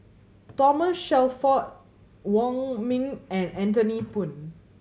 Thomas Shelford Wong Ming and Anthony Poon